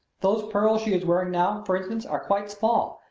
those pearls she is wearing now, for instance, are quite small,